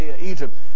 Egypt